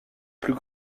plus